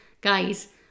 guys